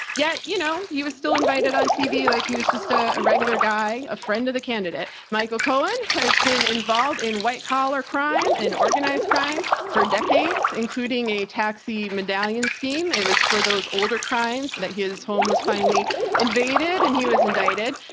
yeah. you know, you was still invited on tv, like he was just ah a regular guy, a friend of the candidate, michael cohen has been involved in white collar crime and organized crime for decades, including a taxi medallion scheme. it was for those older crimes that his home was finally invaded and he was indicted.